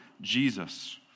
Jesus